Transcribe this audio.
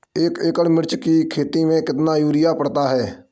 एक एकड़ मिर्च की खेती में कितना यूरिया पड़ता है?